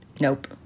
Nope